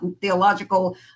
theological